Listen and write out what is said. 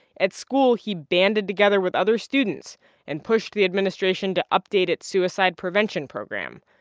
at school, he banded together with other students and pushed the administration to update its suicide prevention program.